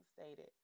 stated